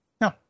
no